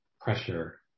pressure